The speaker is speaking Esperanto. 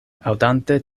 aŭdante